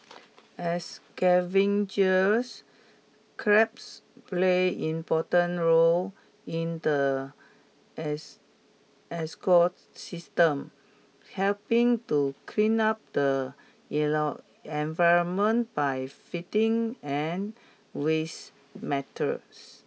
as scavengers crabs play important roles in the ecosystem helping to clean up the environment by feeding on waste matters